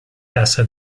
casa